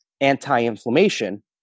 anti-inflammation